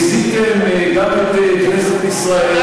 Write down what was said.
אתם לא באתם, ביזיתם גם את כנסת ישראל,